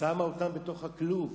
שמה אותם בתוך הכלוב